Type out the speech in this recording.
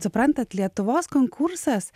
suprantat lietuvos konkursas